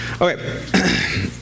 Okay